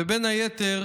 ובין היתר